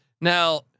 now